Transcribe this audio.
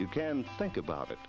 you can think about it